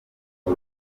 uru